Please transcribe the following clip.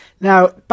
Now